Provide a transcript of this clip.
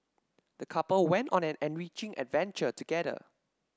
the couple went on an enriching adventure together